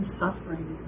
suffering